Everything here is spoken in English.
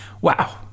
Wow